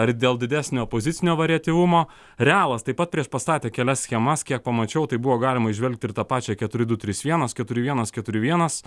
ir dėl didesnio opozicinio varietivumo realas taip pat priešpastatė kelias schemas kiek pamačiau tai buvo galima įžvelgti ir tą pačią keturi du trys vienas keturi vienas keturi vienas